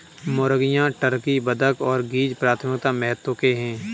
मुर्गियां, टर्की, बत्तख और गीज़ प्राथमिक महत्व के हैं